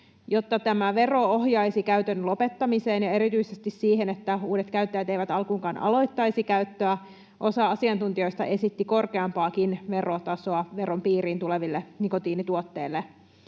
Jotta tämä vero ohjaisi käytön lopettamiseen ja erityisesti siihen, että uudet käyttäjät eivät alkuunkaan aloittaisi käyttöä, osa asiantuntijoista esitti korkeampaakin verotasoa veron piiriin tuleville nikotiinituotteille.